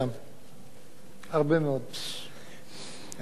אם אתה משווה את זה לתקופה המקבילה בשנה שעברה,